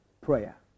prayer